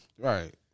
Right